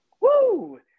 Woo